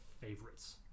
favorites